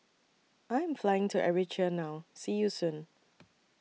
I Am Flying to Eritrea now See YOU Soon